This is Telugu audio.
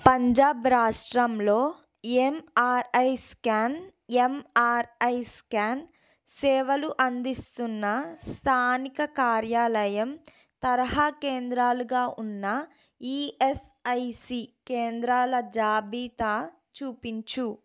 పంజాబ్ రాష్ట్రంలో ఎంఆర్ఐ స్కాన్ ఎమ్ఆర్ఐ స్కాన్ సేవలు అందిస్తున్న స్థానిక కార్యాలయం తరహా కేంద్రాలుగా ఉన్న ఈయస్ఐసి కేంద్రాల జాబితా చూపించు